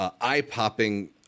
eye-popping